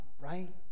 right